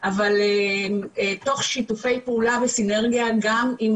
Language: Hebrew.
אבל תוך שיתופי פעולה וסינרגיה גם עם